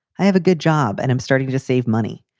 i have a good job and i'm starting to save money.